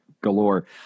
galore